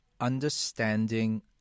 understanding